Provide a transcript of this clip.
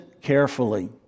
carefully